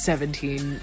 Seventeen